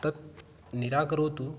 तत् निराकरोतु